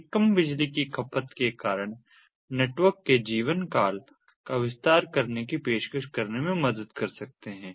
ये कम बिजली की खपत के कारण नेटवर्क के जीवनकाल का विस्तार करने की पेशकश करने में मदद कर सकते हैं